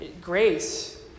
grace